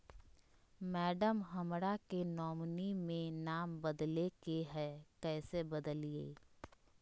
madam, हमरा के nominee में नाम बदले के हैं, कैसे बदलिए